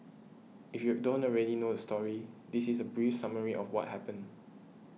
if you're don't already know the story this is a brief summary of what happened